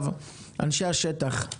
אנשי השטח,